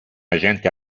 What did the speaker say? agente